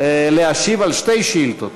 להשיב על שתי שאילתות.